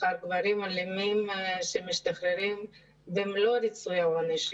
אחר גברים אלימים שמשתחררים במלוא ריצוי העונש.